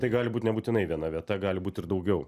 tai gali būt nebūtinai viena vieta gali būt ir daugiau